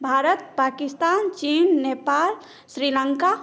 भारत पाकिस्तान चीन नेपाल श्रीलंका